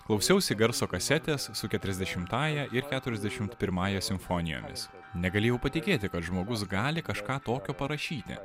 klausiausi garso kasetės su keturiasdešimtąja ir keturiasdešimt pirmąja simfonijomis negalėjau patikėti kad žmogus gali kažką tokio parašyti